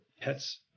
pets